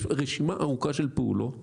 יש רשימה ארוכה של פעולות